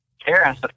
Karen